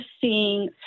seeing